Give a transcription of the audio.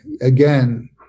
again